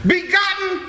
Begotten